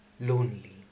lonely